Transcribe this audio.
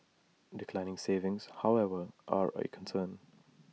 declining savings however are A concern